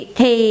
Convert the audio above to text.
thì